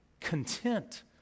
content